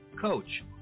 coach